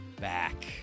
back